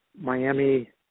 Miami